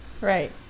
Right